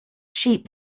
sheep